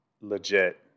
legit